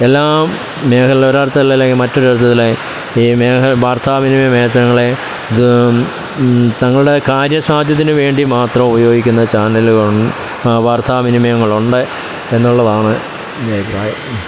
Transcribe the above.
എല്ലാം മേഖലയിൽ ഒരു അർത്ഥത്തിൽ അല്ലെങ്കിൽ മറ്റൊരു അർത്ഥത്തിൽ ഇ മേഖല വർത്താ വിനിമയ മേഖലകൾലെ അത് തങ്ങളുടെ കാര്യ സാധ്യത്തിനുവേണ്ടി മാത്രം ഉപയോഗിക്കുന്ന ചാനലുകളും വാർത്തവിനിമയങ്ങളുണ്ട് എന്നുള്ളതാണ് എൻ്റെ അഭിപ്രായം